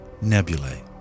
nebulae